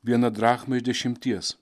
viena drachma iš dešimties